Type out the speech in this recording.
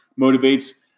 motivates